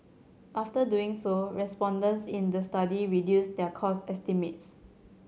after doing so respondents in the study reduced their cost estimates